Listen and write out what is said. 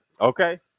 okay